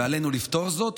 ועלינו לפתור זאת.